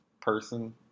person